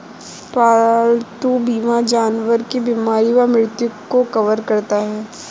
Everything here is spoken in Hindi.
पालतू बीमा जानवर की बीमारी व मृत्यु को कवर करता है